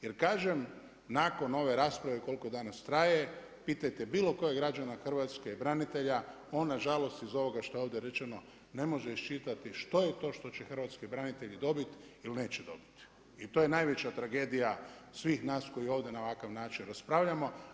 Jer kažem nakon ove rasprave koliko danas traje pitajte bilo kojeg građanina Hrvatske i branitelja on nažalost iz ovoga što je ovdje rečeno ne može iščitati što je to što će hrvatski branitelji dobiti ili neće dobiti i to je najveća tragedija svih nas koji ovdje na ovakav način raspravljamo.